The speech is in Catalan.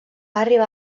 arribar